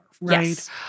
right